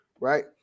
right